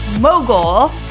Mogul